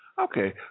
Okay